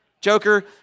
Joker